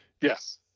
Yes